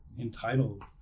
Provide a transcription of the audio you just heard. entitled